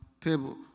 table